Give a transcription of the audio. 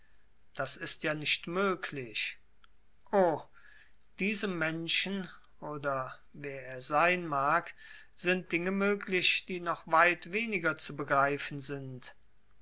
das ist ja nicht möglich o diesem menschen oder wer er sein mag sind dinge möglich die noch weit weniger zu begreifen sind